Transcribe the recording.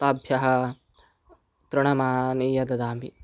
ताभ्यः तृणमानीय ददामि